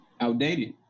outdated